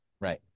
right